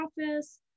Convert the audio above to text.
office